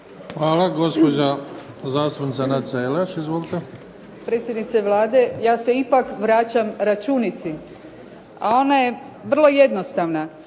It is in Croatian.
Hvala. Gospođa zastupnica Nadica Jelaš. Izvolite. **Jelaš, Nadica (SDP)** Predsjednice Vlade, ja se ipak vraćam računici, a ona je vrlo jednostavna.